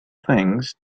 things